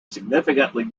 significantly